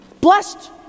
blessed